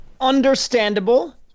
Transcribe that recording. Understandable